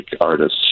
artists